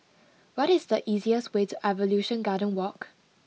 what is the easiest way to Evolution Garden Walk